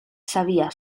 sabía